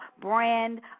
brand